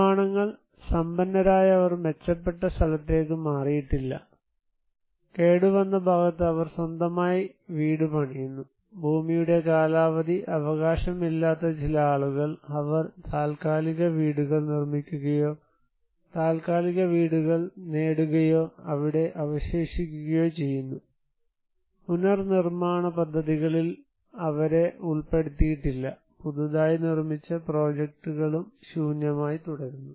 നിർമ്മാണങ്ങൾ സമ്പന്നരായ അവർ മെച്ചപ്പെട്ട സ്ഥലത്തേക്ക് മാറിയിട്ടില്ല കേടുവന്ന ഭാഗത്ത് അവർ സ്വന്തമായി വീട് പണിയുന്നു ഭൂമിയുടെ കാലാവധി അവകാശമില്ലാത്ത ചില ആളുകൾ അവർ താൽക്കാലിക വീടുകൾ നിർമ്മിക്കുകയോ താൽക്കാലിക വീടുകൾ നേടുകയോ അവിടെ അവശേഷിക്കുകയോ ചെയ്യുന്നു പുനർനിർമ്മാണ പദ്ധതികളിൽ അവരെ ഉൾപ്പെടുത്തിയിട്ടില്ല പുതുതായി നിർമ്മിച്ച പ്രോജക്ടുകളും ശൂന്യമായി തുടരുന്നു